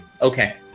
Okay